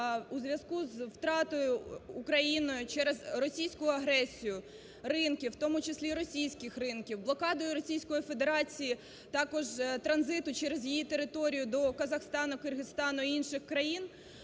у зв'язку з втратою Україною через російську агресію ринків, в тому числі і російських ринків, блокадою Російської Федерації також транзиту через її територію до Казахстану, Киргизстану і інших країн,